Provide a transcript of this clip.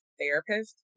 therapist